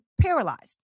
paralyzed